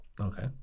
Okay